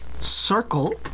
circle